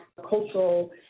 cultural